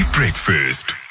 Breakfast